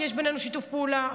כי יש בינינו שיתוף פעולה.